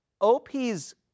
OP's